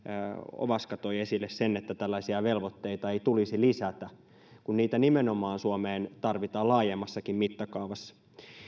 ovaska toi esille sen että tällaisia velvoitteita ei tulisi lisätä kun niitä nimenomaan suomeen tarvitaan laajemmassakin mittakaavassa